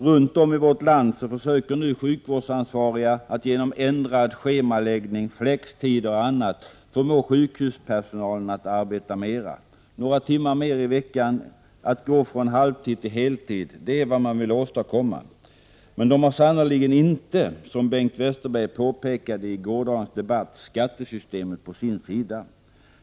Runt om i vårt land försöker nu sjukvårdsansvariga bl.a. genom ändrad schemaläggning och flextider att förmå sjukhuspersonalen att arbeta mera. Några timmar mer i veckan och att få folk att gå från halvtid till heltid är vad man vill åstadkomma. Men man har sannerligen inte, som Bengt Westerberg påpekade i gårdagens debatt, skattesystemet på sin sida.